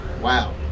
Wow